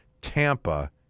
Tampa